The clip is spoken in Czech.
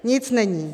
Nic není.